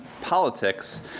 politics